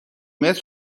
متر